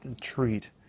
treat